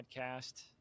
podcast